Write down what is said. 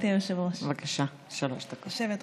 בבקשה, שלוש דקות.